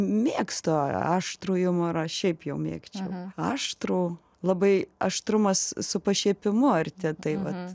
mėgstu aštrų jumorą šiaip jau mėgčiau aštrų labai aštrumas su pašiepimu arti tai vat